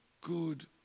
good